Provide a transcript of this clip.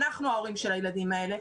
אנחנו ההורים של הילדים האלה,